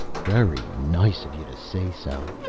very nice of you to say so.